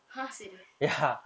!huh! sedih